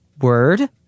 word